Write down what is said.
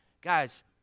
Guys